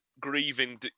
grieving